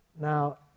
Now